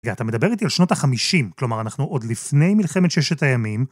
אתה מדבר איתי על שנות החמישים, כלומר אנחנו עוד לפני מלחמת ששת הימים.